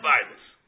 Bibles